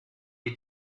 die